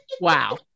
Wow